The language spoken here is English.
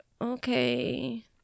Okay